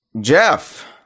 Jeff